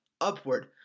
upward